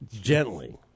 Gently